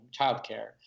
childcare